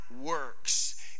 works